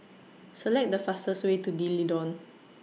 Select The fastest Way to D'Leedon